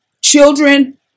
children